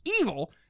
evil